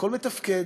הכול מתפקד,